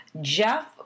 Jeff